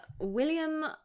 William